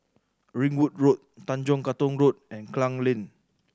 Ringwood Road Tanjong Katong Road and Klang Lane